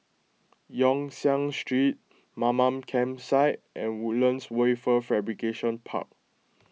Yong Siak Street Mamam Campsite and Woodlands Wafer Fabrication Park